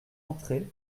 entrer